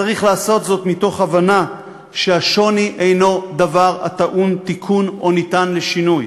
צריך לעשות זאת מתוך הבנה שהשוני אינו דבר הטעון תיקון או ניתן לשינוי.